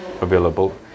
available